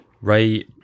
Ray